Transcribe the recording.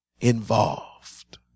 involved